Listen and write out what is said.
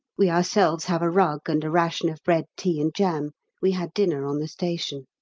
we ourselves have a rug, and a ration of bread, tea, and jam we had dinner on the station.